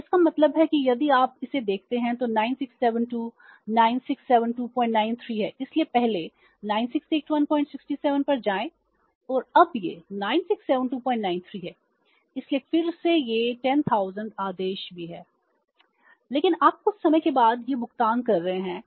तो इसका मतलब है कि यदि आप इसे देखते हैं तो यह 9672 967293 है इसलिए पहले 968167 पर जाएं और अब यह 967293 है इसलिए फिर से यह 10000 आदेश भी है लेकिन आप कुछ समय के बाद यह भुगतान कर रहे हैं